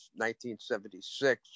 1976